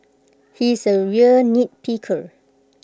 he is A real nitpicker